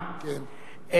שוקלים.